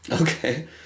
Okay